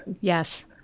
Yes